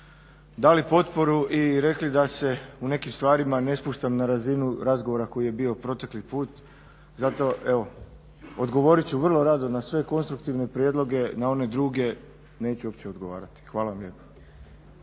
dali potporu i rekli da se u nekim stvarima ne spuštam na razinu razgovora koji je bio protekli put, zato evo odgovorit ću vrlo rado na sve konstruktivne prijedloge, na one druge neću uopće odgovarati. Hvala vam lijepo.